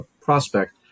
prospect